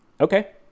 okay